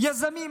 יזמים,